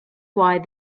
why